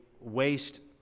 waste